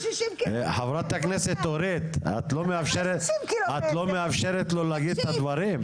חברת הכנסת אורית את לא מאפשרת לו להגיד את הדברים.